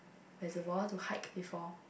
reservoir to hike before